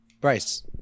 Bryce